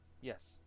yes